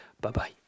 Bye-bye